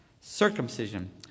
Circumcision